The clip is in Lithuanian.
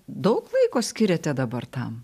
daug laiko skiriate dabar tam